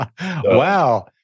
Wow